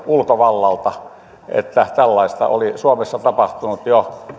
ulkovallalta tiedot siitä että tällaista oli suomessa tapahtunut jo